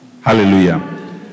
Hallelujah